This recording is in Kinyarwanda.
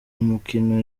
umukino